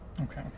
Okay